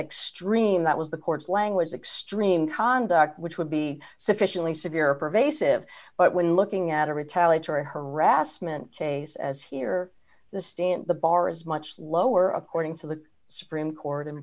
extreme that was the court's language extreme conduct which would be sufficiently severe pervasive but when looking at a retaliatory harassment case as here the stand the bar is much lower according to the supreme court in